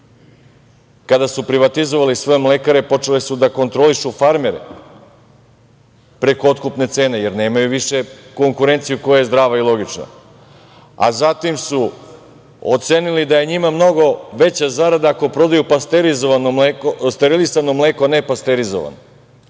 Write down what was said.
Kada su privatizovali sve mlekare počeli su da kontrolišu farmere preko otkupne cene, jer nemaju više konkurenciju koja je zdrava i logična, a zatim su oceni da je njima mnogo veća zarada ako prodaju sterilisano mleko, a ne pasterizovano